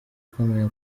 ukomeye